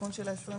בתיקון של ה-27,